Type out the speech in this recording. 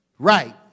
Right